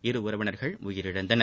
இருஉறவினர்கள்உயிரிழந்தனர்